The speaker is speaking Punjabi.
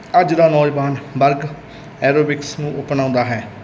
ਅੱਜ ਦਾ ਨੌਜਵਾਨ ਵਰਗ ਐਰੋਬਿਕਸ ਨੂੰ ਅਪਣਾਉਂਦਾ ਹੈ